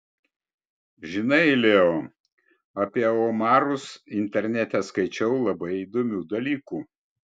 žinai leo apie omarus internete skaičiau labai įdomių dalykų